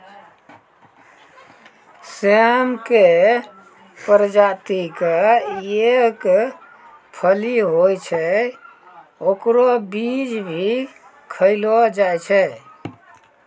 सेम के प्रजाति के एक फली होय छै, हेकरो बीज भी खैलो जाय छै